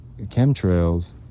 chemtrails